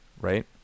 right